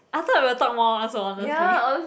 I thought we will talk more also honestly